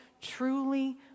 truly